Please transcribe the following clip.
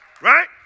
right